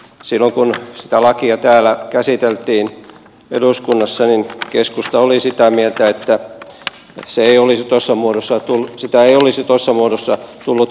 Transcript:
silloin kun sitä lakia täällä käsiteltiin eduskunnassa keskusta oli sitä mieltä että se ei olisi tässä muodossa kun sitä ei olisi tuossa muodossa tullut hyväksyä